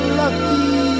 lucky